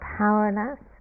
powerless